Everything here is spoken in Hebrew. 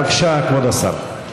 בבקשה, כבוד השר.